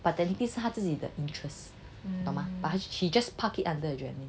but technically 是他自己的 interest not but she just park it under adreline